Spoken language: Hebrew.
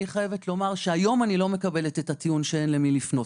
אני חייבת לומר שהיום אני לא מקבלת את הטיעון שאין למי לפנות.